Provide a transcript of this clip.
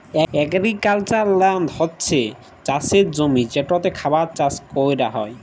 agricultural land হছে চাষের জমি যেটতে খাবার চাষ ক্যরা হ্যয়